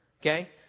Okay